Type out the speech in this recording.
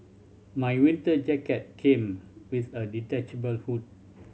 my winter jacket came with a detachable hood